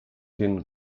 thin